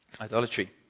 Idolatry